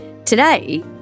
Today